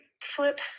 flip